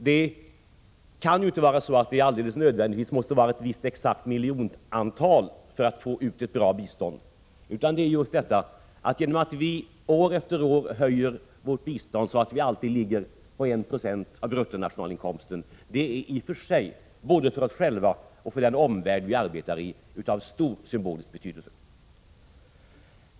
Det måste ju inte nödvändigtvis vara ett exakt miljonantal för att man skall få ut ett bra bistånd, men just att vi år efter år höjer vårt bistånd, så att det ligger på 1 96 av bruttonationalinkomsten, är i och för sig både för oss själva och för den omvärld vi arbetar i av stor symbolisk betydelse.